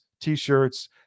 T-shirts